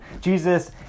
Jesus